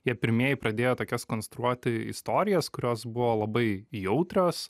jie pirmieji pradėjo tokias konstruoti istorijas kurios buvo labai jautrios